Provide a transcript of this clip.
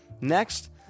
Next